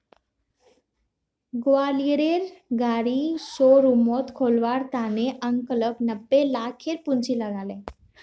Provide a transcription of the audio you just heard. ग्वालियरेर गाड़ी शोरूम खोलवार त न अंकलक नब्बे लाखेर पूंजी लाग ले